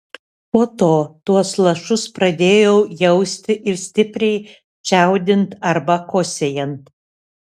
po to tuos lašus pradėjau jausti ir stipriai čiaudint arba kosėjant